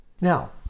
Now